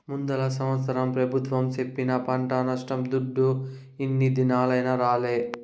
ముందల సంవత్సరం పెబుత్వం సెప్పిన పంట నష్టం దుడ్డు ఇన్ని దినాలైనా రాలే